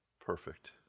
perfect